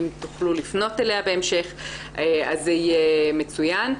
אם תוכלו לפנות אליה בהמשך זה יהיה מצוין.